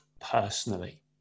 personally